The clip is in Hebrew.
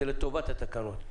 זה לטובת התקנות.